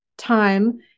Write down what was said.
time